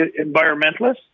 environmentalists